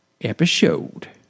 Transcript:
episode